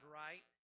right